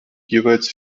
jeweils